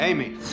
Amy